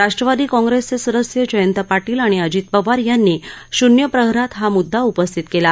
राष्ट्रवादी कँग्रेसचे सदस्य जयंत पाटील आणि अजित पवार यांनी शून्य प्रहरात हा मुद्दा उपस्थित केला